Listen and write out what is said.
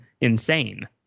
insane